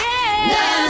Love